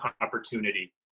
opportunity